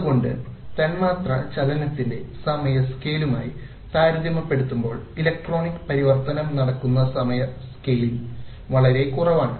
അതുകൊണ്ടു തന്മാത്രാ ചലനത്തിന്റെ സമയ സ്കെയിലുമായി താരതമ്യപ്പെടുത്തുമ്പോൾ ഇലക്ട്രോണിക് പരിവർത്തനം നടക്കുന്ന സമയ സ്കെയിൽ വളരെ കുറവാണ്